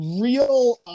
real